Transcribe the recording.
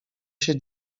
się